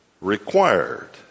required